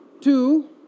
two